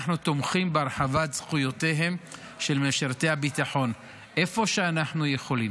אנחנו תומכים בהרחבת זכויותיהם של משרתי הביטחון איפה שאנחנו יכולים,